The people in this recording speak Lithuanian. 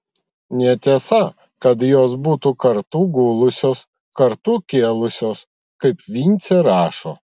netiesa kad jos būtų kartu gulusios kartu kėlusios kaip vincė rašo